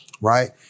Right